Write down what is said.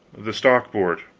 the stock-board.